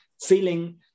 feeling